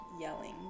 yelling